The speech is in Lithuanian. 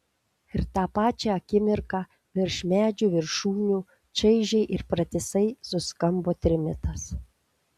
ir tą pačią akimirką virš medžių viršūnių čaižiai ir pratisai suskambo trimitas